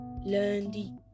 Lundi